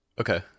Okay